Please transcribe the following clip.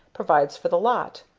provides for the lot.